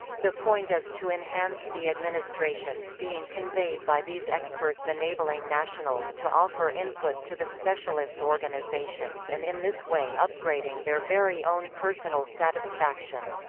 the point is to enhance the administrations being conveyed by these experts enabling nationals to offer input to the specialist organizations and in this way upgrading their very own personal satisfaction.